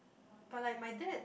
but like my dad